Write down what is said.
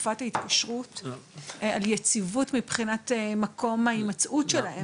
תקופת ההתקשרות על יציבות מבחינת מקום ההימצאות שלהם.